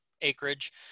acreage